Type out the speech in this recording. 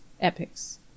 Epics